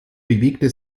bewegte